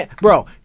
Bro